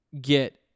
get